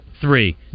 three